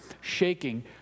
shaking